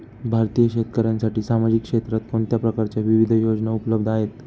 भारतीय शेतकऱ्यांसाठी सामाजिक क्षेत्रात कोणत्या प्रकारच्या विविध योजना उपलब्ध आहेत?